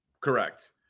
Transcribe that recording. correct